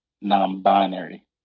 non-binary